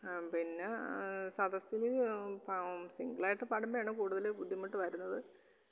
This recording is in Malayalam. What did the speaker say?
പിന്നെ സദസ്സില് പാ സിംഗിളായിട്ട് പാടുമ്പം ആണ് കൂടുതല് ബുദ്ധിമുട്ട് വരുന്നത്